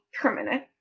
permanent